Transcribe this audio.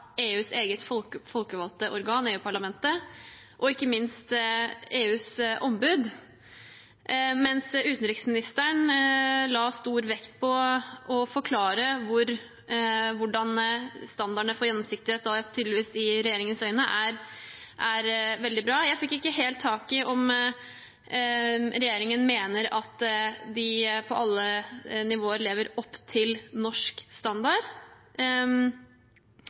EUs eget folkevalgte organ, EU-parlamentet, og ikke minst EUs ombud. Utenriksministeren la stor vekt på å forklare hvordan standardene for gjennomsiktighet i regjeringens øyne tydeligvis er veldig bra, men jeg fikk ikke helt tak i om regjeringen mener at de på alle nivåer lever opp til norsk standard.